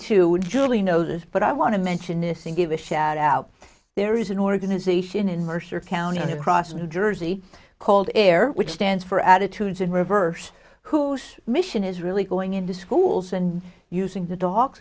to julie know this but i want to mention this and give a shout out there is an organization in mercer county across new jersey called air which stands for attitudes in reverse whose mission is really going into schools and using the dogs